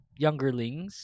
youngerlings